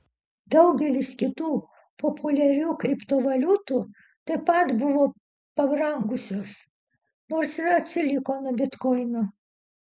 daugelis kitų populiarių kriptovaliutų taip pat buvo pabrangusios nors ir atsiliko nuo bitkoino